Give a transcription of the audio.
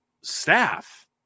staff